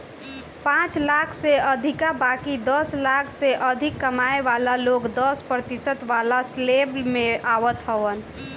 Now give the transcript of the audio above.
पांच लाख से अधिका बाकी दस लाख से कम कमाए वाला लोग दस प्रतिशत वाला स्लेब में आवत हवन